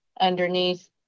underneath